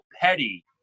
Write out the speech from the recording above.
petty